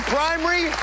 Primary